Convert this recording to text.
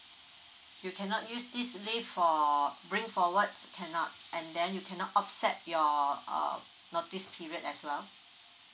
you cannot use this leave for bring forward cannot and then you cannot offset your uh notice period as well